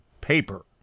paper